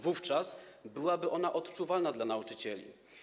Wówczas byłaby ona odczuwalna dla nauczycieli.